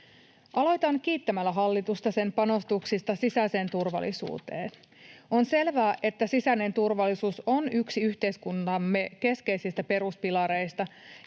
Aloitan kiittämällä hallitusta sen panostuksista sisäiseen turvallisuuteen. On selvää, että sisäinen turvallisuus on yksi yhteiskuntamme keskeisistä peruspilareista,